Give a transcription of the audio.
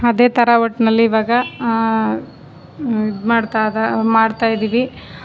ಅದೇ ಥರ ಒಟ್ಟಿನಲ್ಲಿ ಇವಾಗ ಇದು ಮಾಡ್ತಾ ಮಾಡ್ತಾ ಇದೀವಿ